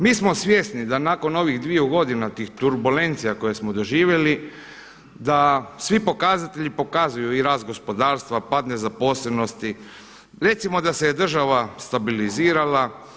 Mi smo svjesni da nakon ovih dviju godina tih turbulencija koje smo doživjeli da svi pokazatelji pokazuju i rast gospodarstva, pad nezaposlenosti, recimo da se je država stabilizirala.